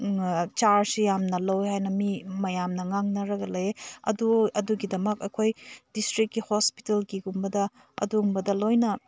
ꯆꯥꯔꯖꯁꯦ ꯌꯥꯝꯅ ꯂꯧꯋꯦ ꯍꯥꯏꯅ ꯃꯤ ꯃꯌꯥꯝꯅ ꯉꯥꯡꯅꯔꯒ ꯂꯩ ꯑꯗꯨ ꯑꯗꯨꯒꯤꯗꯃꯛ ꯑꯩꯈꯣꯏ ꯗꯤꯁꯇ꯭ꯔꯤꯛꯀꯤ ꯍꯣꯁꯄꯤꯇꯥꯜꯒꯤꯒꯨꯝꯕꯗ ꯑꯗꯨꯒꯨꯝꯕꯗ ꯂꯣꯏꯅ